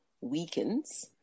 weakens